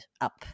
up